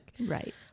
Right